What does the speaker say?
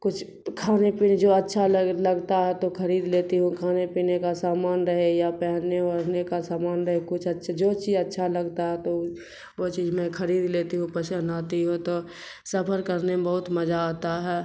کچھ کھانے پینے جو اچھا لگتا ہے تو خرید لیتی ہوں کھانے پینے کا سامان رہے یا پہننے اورھنے کا سامان رہے کچھ اچھا جو چیز اچھا لگتا ہے تو وہ چیز میں خرید لیتی ہوں پسند آتی ہو تو سفر کرنے میں بہت مزا آتا ہے